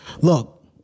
look